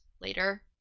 later